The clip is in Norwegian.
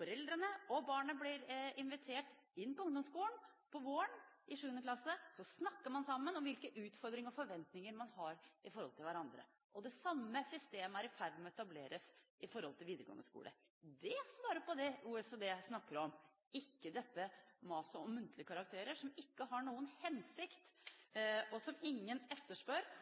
Foreldrene og barnet blir invitert inn på ungdomsskolen på våren i 7. klasse, så snakker man sammen om hvilke utfordringer og forventninger man har i forhold til hverandre. Det samme systemet er i ferd med å etableres i forhold til videregående skole. Det svarer på det OECD snakker om, ikke maset om muntlige karakterer, som ikke har noen hensikt, som ingen etterspør